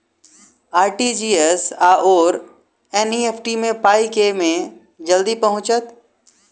RTGS आओर NEFT मे पाई केँ मे जल्दी पहुँचत?